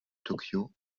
tokyo